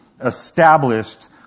established